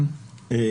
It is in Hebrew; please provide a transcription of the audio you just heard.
אני